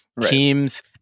teams